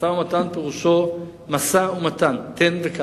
משא-ומתן פירושו משא-ומתן, תן וקח.